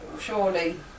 surely